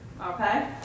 Okay